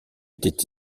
étaient